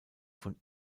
von